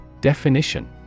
Definition